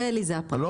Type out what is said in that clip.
פשרה כי בסוף כן